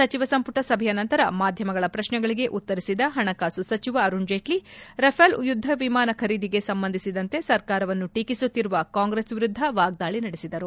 ಸಚಿವ ಸಂಪುಟ ಸಭೆಯ ನಂತರ ಮಾಧ್ಯಮಗಳ ಪ್ರಶ್ನೆಗಳಿಗೆ ಉತ್ತರಿಸಿದ ಹಣಕಾಸು ಸಚಿವ ಅರುಣ್ ಜೇಟ್ಲಿ ರಾಫೆಲ್ ಯುದ್ದ ವಿಮಾನ ಖರೀದಿಗೆ ಸಂಬಂಧಿಸಿದಂತ ಸರ್ಕಾರವನ್ನು ಟೀಕಿಸುತ್ತಿರುವ ಕಾಂಗ್ರೆಸ್ ವಿರುದ್ದ ವಾಗ್ದಾಳಿ ನಡೆಸಿದರು